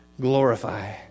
glorify